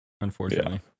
unfortunately